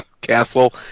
Castle